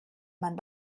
man